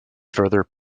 further